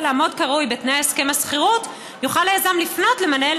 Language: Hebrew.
לעמוד כראוי בתנאי הסכם השכירות ,יוכל היזם לפנות למנהל